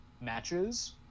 matches